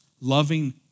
loving